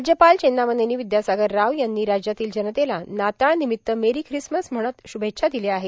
राज्यपाल चेन्नमनेनी र्विद्यासागर राव यांनी राज्यातील जनतेला नाताळ र्नामत्त मेरां क्रिसमस म्हणत श्भेच्छा दिल्या आहेत